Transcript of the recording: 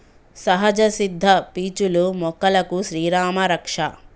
సహజ సిద్ద పీచులు మొక్కలకు శ్రీరామా రక్ష